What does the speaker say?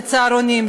של צהרונים,